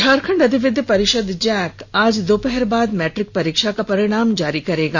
झारखंड अधिविद्य परिषद जैक आज दोपहर बाद मैट्रिक परीक्षा का परिणाम जारी करेगा